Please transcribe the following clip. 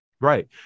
Right